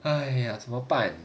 哎呀怎么办